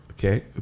Okay